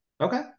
okay